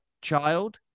child